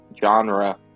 genre